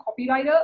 copywriter